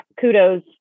kudos